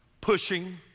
Pushing